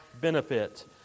benefit